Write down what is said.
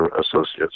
associates